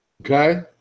Okay